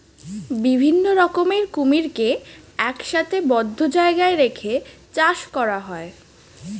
বিভিন্ন রকমের কুমিরকে একসাথে বদ্ধ জায়গায় রেখে চাষ করা হয়